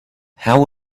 how